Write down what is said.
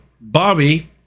Bobby